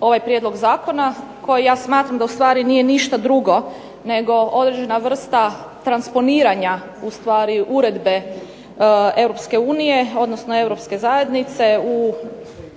ovaj prijedlog zakona koji ja smatram da ustvari nije ništa drugo nego određena vrsta transponiranja ustvari Uredbe EU, odnosno Europske zajednice u